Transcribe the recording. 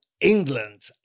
England